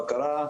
בקרה,